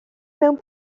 mewn